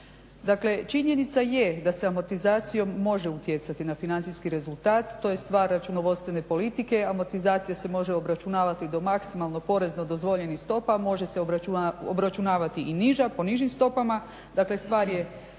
Dakle, činjenica je da se amortizacijom može utjecati na financijski rezultat. To je stvar računovodstvene politike. Amortizacija se može obračunavati do maksimalno porezno dozvoljenih stopa, može se obračunavati i niža, po nižim stopama. Dakle, stvar je